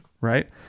Right